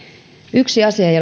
yksi asia ei